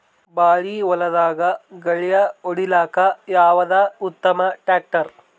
ಬಾಳಿ ಹೊಲದಾಗ ಗಳ್ಯಾ ಹೊಡಿಲಾಕ್ಕ ಯಾವದ ಉತ್ತಮ ಟ್ಯಾಕ್ಟರ್?